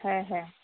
ᱦᱮᱸ ᱦᱮᱸ